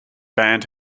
band